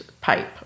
pipe